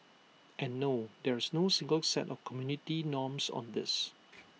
and no there is no single set of community norms on this